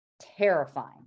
terrifying